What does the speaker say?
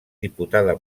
diputada